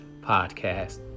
podcast